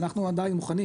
אנחנו מוכנים,